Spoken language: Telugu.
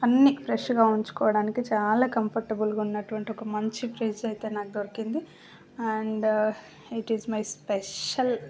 అన్నీ ఫ్రెష్గా ఉంచుకోవడానికి చాలా కంపోర్ట్రబుల్గా ఉన్నటువంటి ఒక మంచి ఫ్రిడ్జ్ అయితే నాకు దొరికింది and it is my special